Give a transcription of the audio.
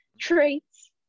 traits